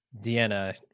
Deanna